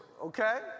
okay